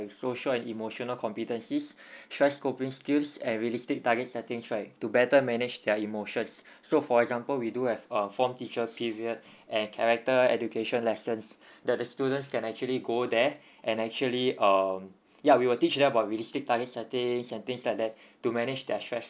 social and emotional competencies stress coping skills and realistic target setting right to better manage their emotions so for example we do have uh form teacher period and character education lessons that the students can actually go there and actually um ya we will teach them about realistic target settings and things like that to manage their stress